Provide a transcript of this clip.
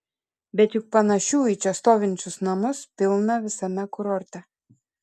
bet juk panašių į čia stovinčius namus pilna visame kurorte